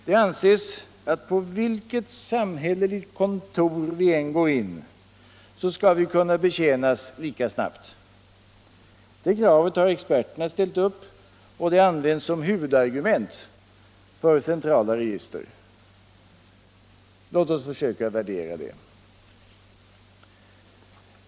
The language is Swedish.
Det anses att på vilket samhälleligt kontor vi än går — föringsoch in skall vi kunna betjänas lika snabbt. Det kravet har experterna ställt — beskattningsområupp och det används som huvudargument för centrala register. Låt oss — det försöka värdera det.